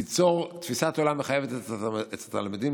ליצור תפיסת עולם מחייבת אצל התלמידים